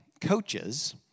coaches